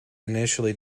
initially